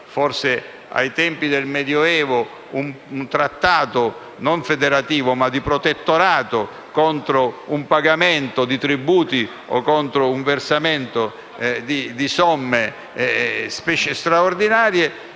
faceva ai tempi del Medioevo, un trattato non federativo, ma di protettorato contro un pagamento di tributi o contro un versamento di somme straordinarie,